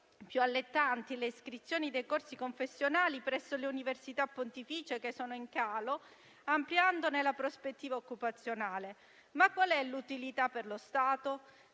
più allettanti le iscrizioni ai corsi confessionali presso le università pontificie che sono in calo, ampliandone la prospettiva occupazionale. Ma qual è l'utilità per lo Stato?